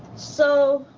so,